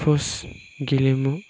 first गेलेमु